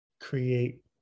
create